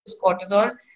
cortisol